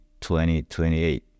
2028